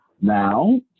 now